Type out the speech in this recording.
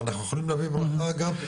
ואנחנו יכולים להביא ברכה אגב.